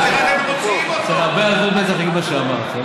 אתה, מיכל, צריך הרבה עזות מצח להגיד מה שאמרת.